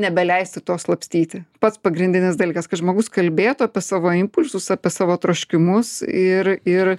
nebeleisti to slapstyti pats pagrindinis dalykas kad žmogus kalbėtų apie savo impulsus apie savo troškimus ir ir